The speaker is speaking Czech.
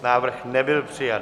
Návrh nebyl přijat.